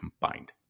combined